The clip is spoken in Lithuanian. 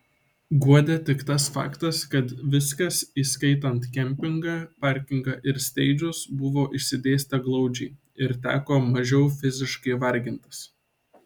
guodė tik tas faktas kad viskas įskaitant kempingą parkingą ir steidžus buvo išsidėstę glaudžiai ir teko mažiau fiziškai vargintis